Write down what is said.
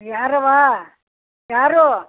ಯಾರವ್ವ ಯಾರು